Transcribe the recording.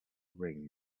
ring